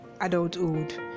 adulthood